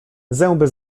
zęby